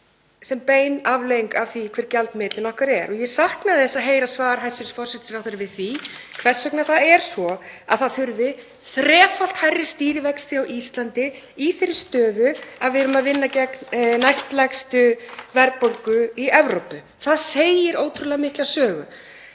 er bein afleiðing af því hver gjaldmiðillinn okkar er. Ég sakna þess að heyra ekki svar hæstv. forsætisráðherra við því hvers vegna það þurfi þrefalt hærri stýrivexti á Íslandi í þeirri stöðu að við erum að vinna gegn næstlægstu verðbólgu í Evrópu. Það segir ótrúlega mikla sögu.